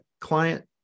client